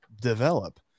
develop